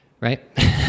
Right